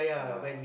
ya